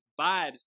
vibes